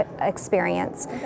experience